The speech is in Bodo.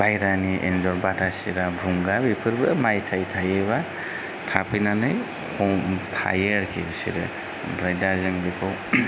बाहेरानि एन्जर बाथासिरा गुंगाल बेफोरबो माइ थाइ थायोबा थाफैनानै हम थायो आरोखि बिसोरो ओमफ्राय दा जों बेखौ